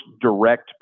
direct